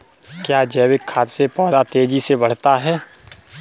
क्या जैविक खाद से पौधा तेजी से बढ़ता है?